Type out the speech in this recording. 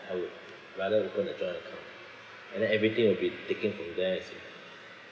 I would rather open a joint account and then everything will be taken from there see